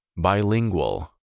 Bilingual